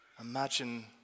Imagine